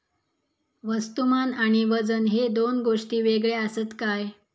वस्तुमान आणि वजन हे दोन गोष्टी वेगळे आसत काय?